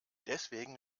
deswegen